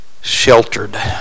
Sheltered